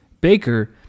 Baker